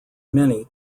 many